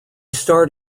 starred